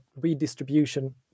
redistribution